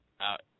out